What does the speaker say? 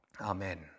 Amen